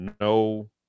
no